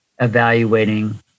evaluating